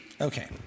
Okay